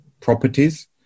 properties